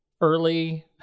early